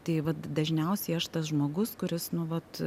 tai vat dažniausiai aš tas žmogus kuris nu vat